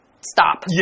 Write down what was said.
stop